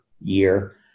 year